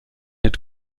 hit